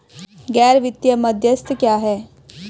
गैर वित्तीय मध्यस्थ क्या हैं?